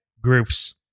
Groups